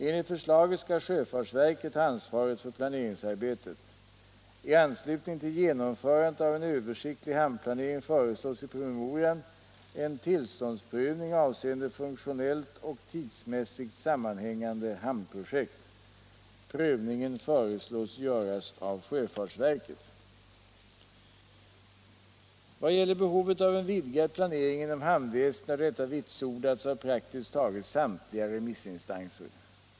Enligt förslaget skall sjöfartsverket ha ansvaret för planeringsarbetet. I anslutning till genomförandet av en översiktlig hamnplanering föreslås i promemorian en tillståndsprövning avseende funktionellt och tidsmässigt sammanhängande hamnprojekt. Prövningen föreslås göras av sjöfartsverket. I vad gäller behovet av en vidgad planering inom hamnväsendet har detta vitsordats av praktiskt taget samtliga remissinstanser.